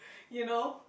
you know